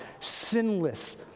sinless